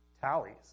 tallies